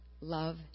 love